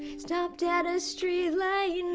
stopped at a streetlight